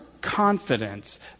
confidence